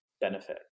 benefit